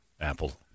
Apple